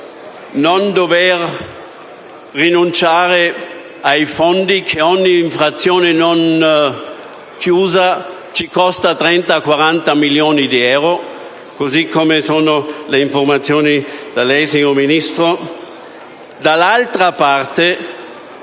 non dover rinunciare ai fondi che ogni infrazione non chiusa ci costa (30-40 milioni di euro, secondo le informazioni da lei rese, signor Ministro); dall'altra parte,